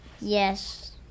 Yes